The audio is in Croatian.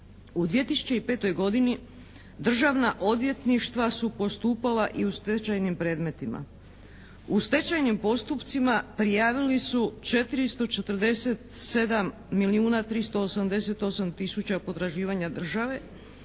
U 2005. godini državna odvjetništva su postupala i u stečajnim predmetima. U stečajnim postupcima prijavili su 447 milijuna 388 tisuća potraživanja države